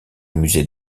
musée